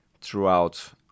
throughout